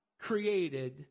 created